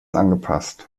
angepasst